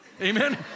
amen